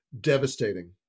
Devastating